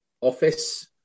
office